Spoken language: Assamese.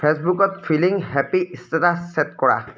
ফেচবুকত ফিলিং হেপী ইষ্টেটাছ চে'ট কৰা